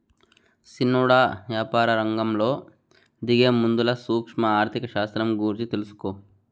సిన్నోడా, యాపారరంగంలో దిగేముందల సూక్ష్మ ఆర్థిక శాస్త్రం గూర్చి తెలుసుకో